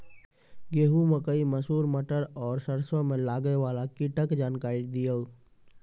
गेहूँ, मकई, मसूर, मटर आर सरसों मे लागै वाला कीटक जानकरी दियो?